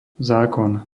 zákon